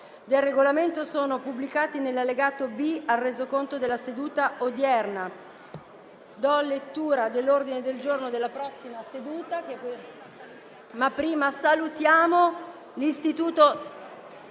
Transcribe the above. del Regolamento sono pubblicati nell'allegato B al Resoconto della seduta odierna.